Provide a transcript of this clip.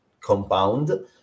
compound